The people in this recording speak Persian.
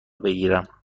بگیرم